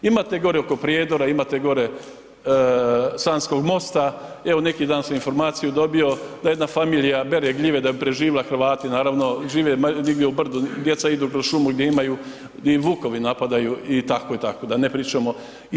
Imate gore oko Prijedora, imate gore Sanskog mosta, evo neki dan sam informaciju dobio da jedna familija bere gljive da bi preživjela, Hrvati naravno, žive u brdu, djeca idu kroz šumu gdje imaju, gdje i vukovi napadaju i tako i tako, da ne pričamo.